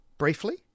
briefly